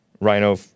Rhino